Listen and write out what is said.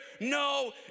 no